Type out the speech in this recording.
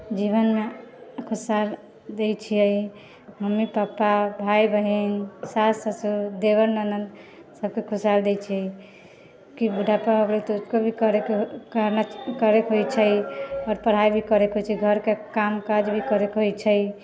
जीवनमे दै छियै मम्मी पापा भाय बहिन सास ससुर देवर ननदि सबके दै छियै कि बुढ़ापा आबै करेके होइ छै आओर पढ़ाइ भी करेके होइ छै काम काज भी करेके होइ छै